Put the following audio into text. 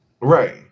Right